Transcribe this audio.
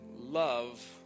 love